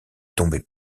tombait